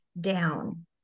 down